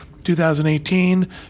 2018